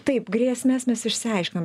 taip grėsmes mes išsiaiškinom